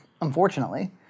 unfortunately